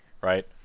right